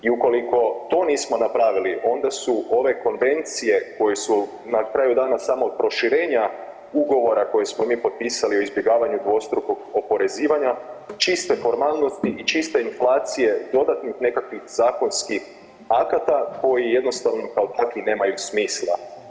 I ukoliko to nismo napravili onda su ove konvencije koje su … [[ne razumije se]] samog proširenja ugovora koje smo mi potpisali o izbjegavanju dvostrukog oporezivanja čiste formalnosti i čiste inflacije dodatnih nekakvih zakonskih akata koji jednostavno kao takvi nemaju smisla.